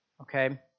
okay